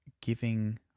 giving